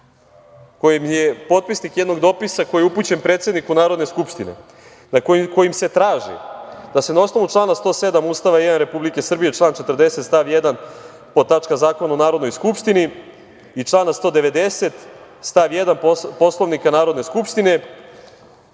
bila potpisnik jednog dopisa koji je upućen predsedniku Narodne skupštine, kojim se traži da se, na osnovu člana 107. Ustava Republike Srbije, član 40. stav 1. podtačka Zakon o Narodnoj skupštini i člana 190. stav 1. Poslovnika Narodne skupštine,